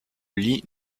lit